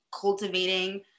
cultivating